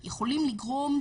לציבור.